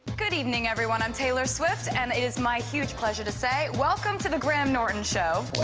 good evening everyone. i'm taylor swift and it is my huge pleasure to say welcome to the graham norton show